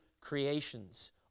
creations